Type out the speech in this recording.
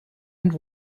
and